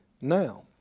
now